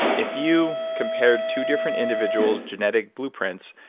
if you compared two different individual's genetic blueprints,